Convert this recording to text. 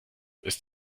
ist